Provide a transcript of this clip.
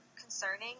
concerning